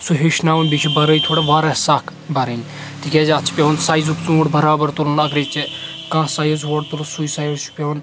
سُہ ہیٚچھناوُن بیٚیہِ چھِ برٲے تھوڑا واریاہ سَکھ برٕنۍ تکیازِ اتھ چھُ پیٚوان سایزُک ژوٗنٹھ برابر تُلُن اگرے ژےٚ کانہہ سایز ہورٕ تُلُتھ سُے سایز چھُ پیٚوان